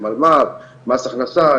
מס הכנסה,